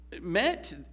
met